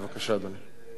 בבקשה, אדוני.